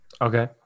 Okay